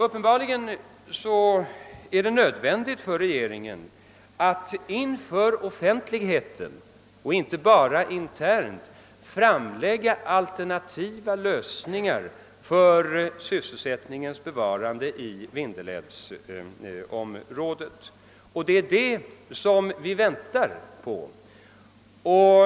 Uppenbarligen är det nödvändigt för regeringen att inför offentligheten, och inte bara internt, framlägga förslag om alternativa lösningar för SyS selsättningens bevarande i Vindelälvsområdet — det är det vi väntar på.